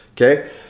Okay